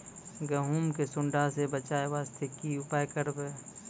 गहूम के सुंडा से बचाई वास्ते की उपाय करबै?